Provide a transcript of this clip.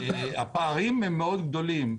הפערים מאוד גדולים.